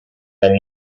menu